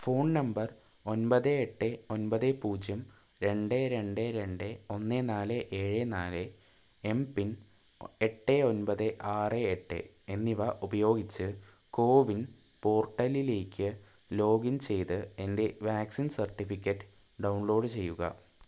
phone number ഒമ്പത് എട്ട് ഒമ്പത് പൂജ്യം രണ്ട് രണ്ട് രണ്ട് ഒന്ന് നാല് ഏഴ് നാല് എം പിൻ എട്ട് ഒമ്പത് ആറ് എട്ട് എന്നിവ ഉപയോഗിച്ച് കോവിൻപോർട്ടലിലേക്ക് ലോഗിൻ ചെയ്ത് എൻ്റെ വാക്സിൻ സർട്ടിഫിക്കറ്റ് ഡൗൺലോഡ് ചെയ്യുക